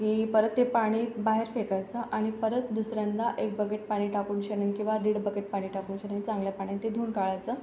की परत ते पाणी बाहेर फेकायचं आणि परत दुसऱ्यांदा एक बकेट पाणी टाकून किवा दीड बकेट पाणी टाकून चांगल्या पाण्यानं ते धुवून काढायचं